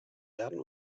werden